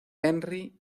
henry